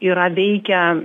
yra veikia